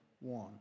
one